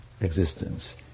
existence